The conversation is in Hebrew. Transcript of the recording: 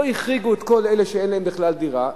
לא החריגו את כל אלה שאין להם בכלל דירה.